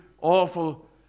awful